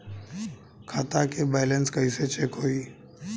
खता के बैलेंस कइसे चेक होई?